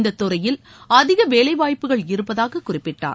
இந்தத் துறையில் அதிக வேலைவாய்ப்புகள் இருப்பதாகக் குறிப்பிட்டார்